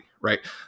right